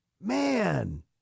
Man